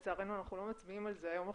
לצערנו, אנחנו לא מצביעים על זה היום.